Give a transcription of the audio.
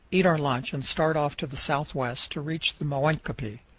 eat our lunch, and start off to the southwest to reach the moenkopi,